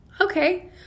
Okay